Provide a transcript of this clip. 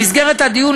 במסגרת הדיון,